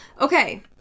okay